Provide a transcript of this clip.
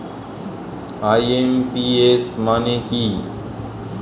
IMPS মানে কি?